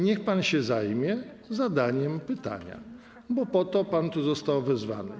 Niech pan się zajmie zadaniem pytania, bo po to pan tu został wezwany.